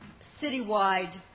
citywide